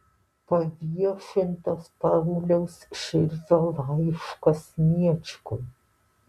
paviešintas pauliaus širvio laiškas sniečkui